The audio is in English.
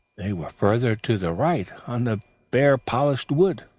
they were further to the right, on the bare polished wood.